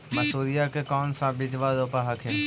मसुरिया के कौन सा बिजबा रोप हखिन?